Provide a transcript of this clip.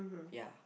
ya